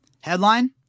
Headline